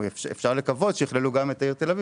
שאפשר לקוות שיכללו גם את העיר תל אביב